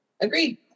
Agreed